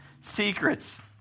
secrets